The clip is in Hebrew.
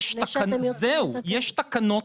זהו, יש תקנות